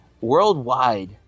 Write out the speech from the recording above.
worldwide